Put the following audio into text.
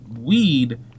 weed